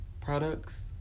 products